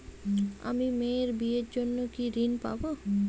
আমি মেয়ের বিয়ের জন্য কি ঋণ পাবো?